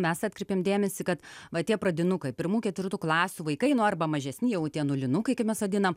mes atkreipėm dėmesį kad va tie pradinukai pirmų ketvirtų klasių vaikai nu arba mažesni jau tie nulinukai kaip mes vadinam